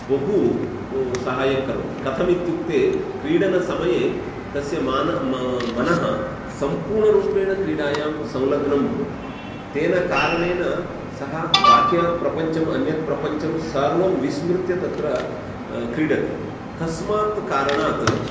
बहु सहायं करोति कथमित्युक्ते क्रीडनसमये तस्य मानसं मनः मनः सम्पूर्णरूपेण क्रीडायां संलग्नं भवति तेन कारणेन सः बाह्यप्रपञ्चम् अन्यत् प्रपञ्चं सर्वं विस्मृत्य तत्र क्रीडति तस्मात् कारणात्